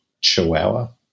chihuahua